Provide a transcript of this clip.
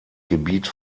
gebiet